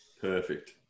Perfect